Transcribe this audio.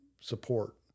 support